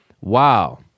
wow